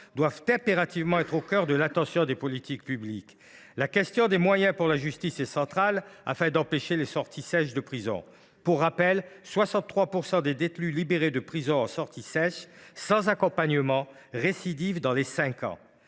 doivent impérativement être au cœur de l’attention des politiques publiques. La question des moyens octroyés à la justice est centrale si l’on veut empêcher les sorties sèches de prison. Pour rappel, 63 % des détenus libérés de prison en sortie sèche, sans accompagnement, récidivent dans les cinq ans.